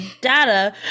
data